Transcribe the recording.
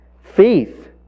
faith